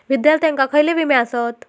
विद्यार्थ्यांका खयले विमे आसत?